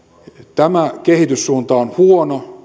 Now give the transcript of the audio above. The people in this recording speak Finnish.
tämä kehityssuunta on huono